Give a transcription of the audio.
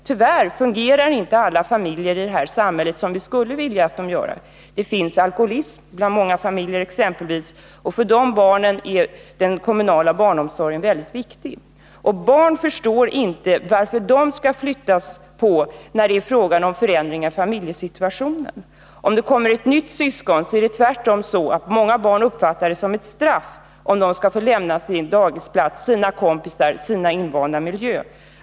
Tyvärr fungerar inte alla familjer i det här samhället så som vi skulle vilja att de gjorde. Det finns exempelvis alkoholism i många familjer. För barn i sådana familjer är den kommunala barnomsorgen väldigt viktig. Barn förstår inte varför man skall flytta på dem, när det är fråga om förändringar i familjesituationen. Om det kommer ett nytt syskon uppfattar det äldre barnet det många gånger som ett straff, om det skall behöva lämna sin dagisplats, sina kompisar och sin invanda miljö.